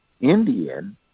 Indian